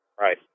Right